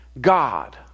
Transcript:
God